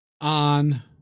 On